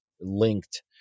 linked